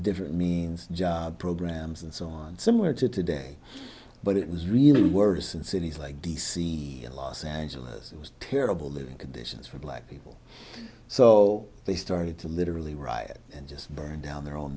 different means job programs and so on similar to today but it was really worse in cities like d c los angeles it was terrible the conditions for black people so they started to literally riot and just burn down the